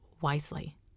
wisely